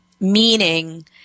meaning